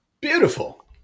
Beautiful